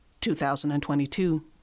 2022